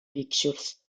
pictures